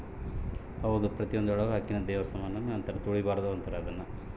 ನಮ್ಮ ಹಳ್ಯಾಗ ಅಕ್ಕಿನ ದೇವರ ಸಮಾನ ಅಂತಾರ